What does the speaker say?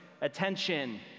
attention